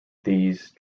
these